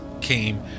came